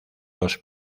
los